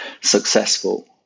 successful